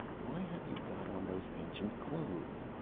why have you got on those ancient clothes?